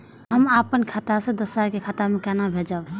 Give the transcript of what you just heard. हम आपन खाता से दोहरा के खाता में केना भेजब?